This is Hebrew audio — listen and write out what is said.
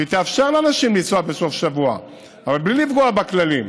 שתאפשר לאנשים לנסוע בסוף שבוע אבל בלי לפגוע בכללים,